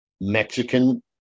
Mexican